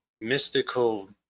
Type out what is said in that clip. mystical